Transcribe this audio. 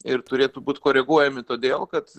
ir turėtų būt koreguojami todėl kad